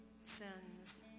Sins